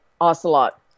ocelot